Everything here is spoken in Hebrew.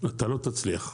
אתה לא תצליח.